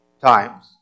times